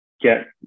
get